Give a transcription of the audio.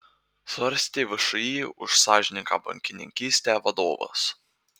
svarstė všį už sąžiningą bankininkystę vadovas